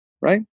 right